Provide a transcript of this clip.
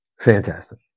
Fantastic